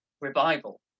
revival